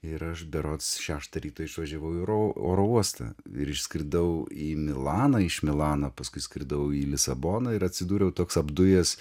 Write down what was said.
ir aš berods šeštą ryto išvažiavau į ro oro uostą ir išskridau į milaną iš milano paskui skridau į lisaboną ir atsidūriau toks apdujęs